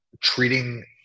treating –